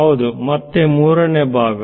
ಹೌದು ಮತ್ತೆ ಮೂರನೇ ಭಾಗ